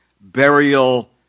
burial